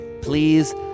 please